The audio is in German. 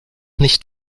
nicht